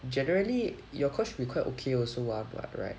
generally your course should be quite okay also [one] [what] right